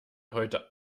heute